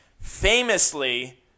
famously